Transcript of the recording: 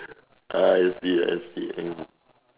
I see I see mm